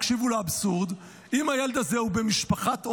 תקשיבו לאבסורד, אם הילד הזה במשפחת אומנה,